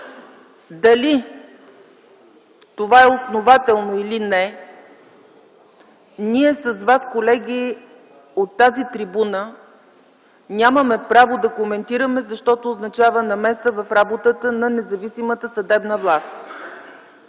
Дали това е основателно или не, ние с вас, колеги, от тази трибуна нямаме право да коментираме, защото това означава намеса в работата на независимата съдебна власт.